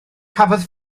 cafodd